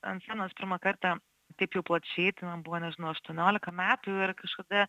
ant scenos pirmą kartą taip jau plačiai tai man buvo nežinau aštuoniolika metų ir kažkada